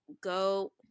go